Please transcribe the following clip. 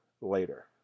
later